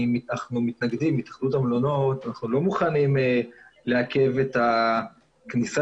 התאחדות המלונות מתנגדת ולא מוכנה לעכב את הכניסה